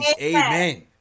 amen